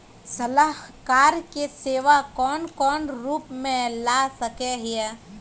सलाहकार के सेवा कौन कौन रूप में ला सके हिये?